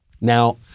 Now